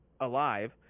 alive